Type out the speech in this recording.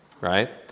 right